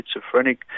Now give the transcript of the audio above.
schizophrenic